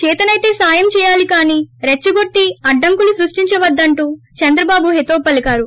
చేతసైతే సాయం చేయాలి కానీ రెచ్చగొట్టి అడ్డంకులు సృష్టించవద్దంటూ చంద్రబాబు హితవు పలీకారు